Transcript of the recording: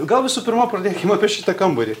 gal visų pirma pradėkim apie šitą kambarį